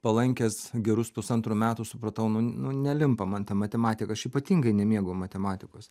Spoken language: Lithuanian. palankęs gerus pusantrų metų supratau nu nu nelimpa man ta matematika aš ypatingai nemėgau matematikos